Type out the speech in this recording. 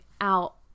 out